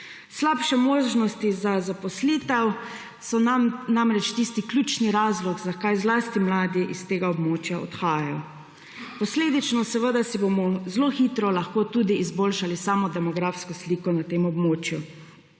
Slabše možnosti za zaposlitev so namreč tisti ključni razlog, zakaj zlasti mladi s tega območja odhajajo. Posledično si bomo seveda zelo hitro lahko tudi izboljšali samo demografsko sliko na tem območju.